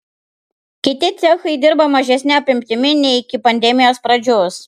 kiti cechai dirba mažesne apimtimi nei iki pandemijos pradžios